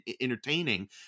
entertaining